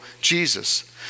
Jesus